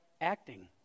acting